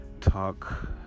talk